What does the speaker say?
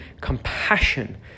compassion